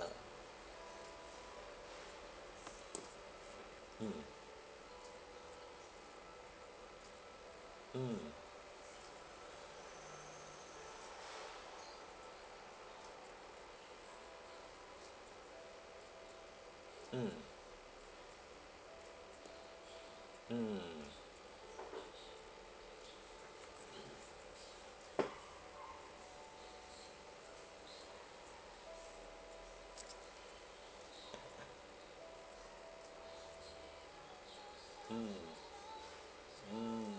ah mm mm mm mm mm mm